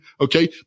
Okay